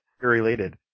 related